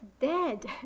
dead